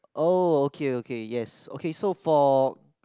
oh okay okay yes okay so for